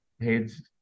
heads